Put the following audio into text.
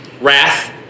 wrath